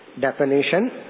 Definition